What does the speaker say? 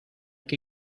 que